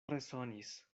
resonis